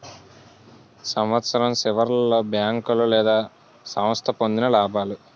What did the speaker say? సంవత్సరం సివర్లో బేంకోలు లేదా సంస్థ పొందిన లాబాలు